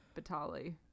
Batali